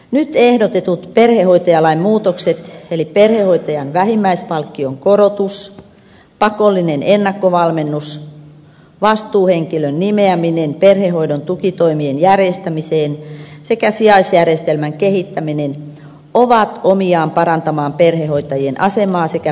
nyt ehdotetut perhehoitajalain muutokset eli perhehoitajan vähimmäispalkkion korotus pakollinen ennakkovalmennus vastuuhenkilön nimeäminen perhehoidon tukitoimien järjestämiseen sekä sijaisjärjestelmän kehittäminen ovat omiaan parantamaan perhehoitajien asemaa sekä perhehoidon laatua